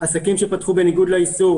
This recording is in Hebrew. עסקים שפתחו בניגוד לאיסור